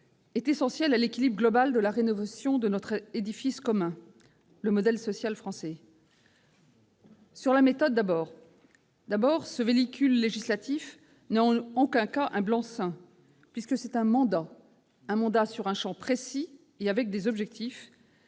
est essentielle à l'équilibre global de la rénovation de notre édifice commun : le modèle social français. Sur la méthode, tout d'abord, je souligne que ce véhicule législatif n'est en aucun cas un blanc-seing, puisque c'est un mandat sur un champ et avec des objectifs